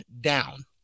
down